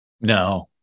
No